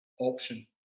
option